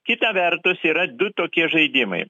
kita vertus yra du tokie žaidimai